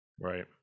Right